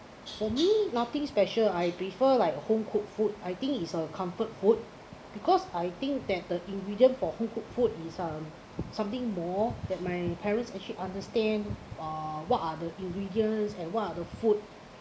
for me nothing special I prefer like home-cooked food I think is a comfort food because I think that the ingredient for home-cook food is um something more that my parents actually understand uh what are the ingredients and what are the food